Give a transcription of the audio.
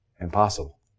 Impossible